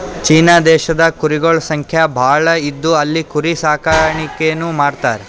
China ದೇಶದಾಗ್ ಕುರಿಗೊಳ್ ಸಂಖ್ಯಾ ಭಾಳ್ ಇದ್ದು ಅಲ್ಲಿ ಕುರಿ ಸಾಕಾಣಿಕೆನೂ ಮಾಡ್ತರ್